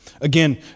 Again